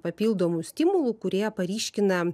papildomų stimulų kurie paryškina